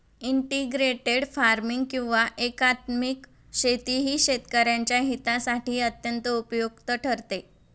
integrated farming किंवा एकात्मिक शेती ही शेतकऱ्यांच्या हितासाठी अत्यंत उपयुक्त ठरते